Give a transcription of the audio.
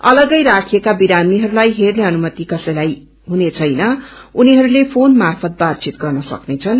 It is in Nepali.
अलमै राखिएका विरामीहरूलाई हेर्ने अनुमति कसैलाई हुनेछैन उनीहरूले फ्रोन मार्फत बात वित गर्न सक्नेछन्